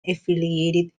affiliated